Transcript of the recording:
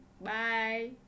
Bye